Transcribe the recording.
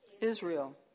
Israel